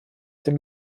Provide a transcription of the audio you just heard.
dem